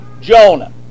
Jonah